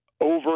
over